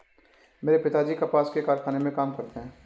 मेरे पिताजी कपास के कारखाने में काम करते हैं